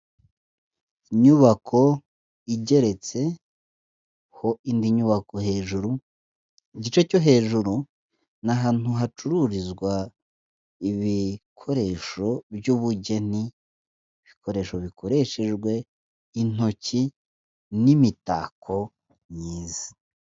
Inyubako igeretse ho indi nyubako hejuru, igice cyo hejuru ni ahantu hacururizwa ibikoresho by'ubugeni, ibikoresho bikoreshejwe intoki n'imitako myiza.